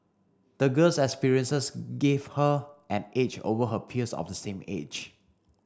the girl's experiences gave her an age over her peers of the same age